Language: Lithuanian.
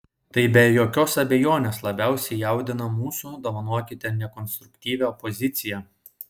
tai be jokios abejonės labiausiai jaudina mūsų dovanokite nekonstruktyvią opoziciją